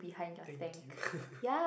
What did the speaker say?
thank you